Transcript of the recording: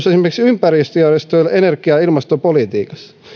esimerkiksi ympäristöjärjestöille energia ja ilmastopolitiikassa